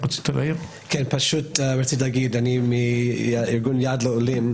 רציתי להגיד, אני מארגון יד לעולים,